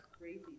crazy